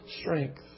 strength